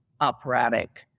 operatic